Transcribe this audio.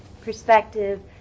perspective